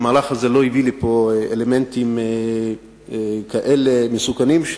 המהלך הזה לא הביא לפה אלמנטים מסוכנים כמו אלה